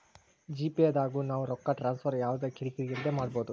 GPay ದಾಗು ನಾವ್ ರೊಕ್ಕ ಟ್ರಾನ್ಸ್ಫರ್ ಯವ್ದ ಕಿರಿ ಕಿರಿ ಇಲ್ದೆ ಮಾಡ್ಬೊದು